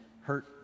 hurt